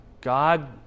God